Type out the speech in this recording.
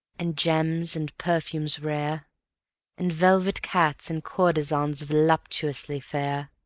and gems and perfumes rare and velvet cats and courtesans voluptuously fair